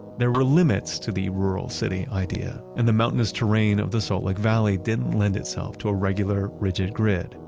there were limits to the rural city idea. and the mountainous terrain of the salt lake valley didn't lend itself to a regular rigid grid.